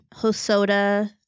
Hosoda